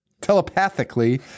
telepathically